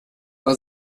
war